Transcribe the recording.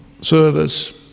service